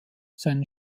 seinen